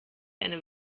eine